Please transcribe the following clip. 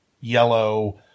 yellow